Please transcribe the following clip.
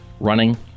running